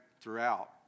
throughout